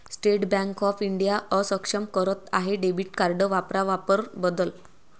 state Bank of India अक्षम करत आहे डेबिट कार्ड वापरा वापर बदल